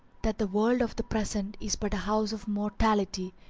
that the world of the present is but a house of mortality,